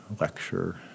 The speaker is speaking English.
lecture